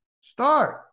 start